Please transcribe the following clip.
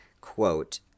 quote